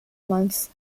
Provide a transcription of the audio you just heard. months